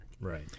Right